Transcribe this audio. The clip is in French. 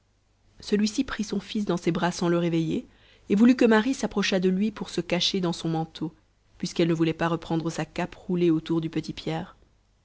celui-ci prit son fils dans ses bras sans le réveiller et voulut que marie s'approchât de lui pour se cacher dans son manteau puisqu'elle ne voulait pas reprendre sa cape roulée autour du petit